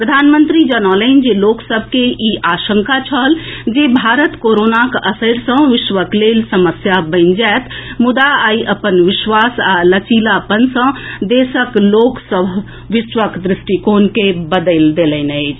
प्रधानमंत्री जनौलनि जे लोक सभ के ई आशंका छल जे भारत कोरोनाक असरि सँ विश्वक लेल समस्या बनि जाएत मुदा आई अपन विश्वास आ लचीलापन सँ देशक लोक सभ विश्वक द्रष्टिकोण के बदलि देलनि अछि